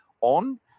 on